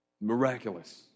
Miraculous